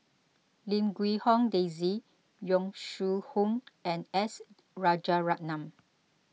Lim Quee Hong Daisy Yong Shu Hoong and S Rajaratnam